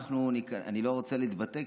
אני לא רוצה להתבטא,